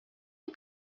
you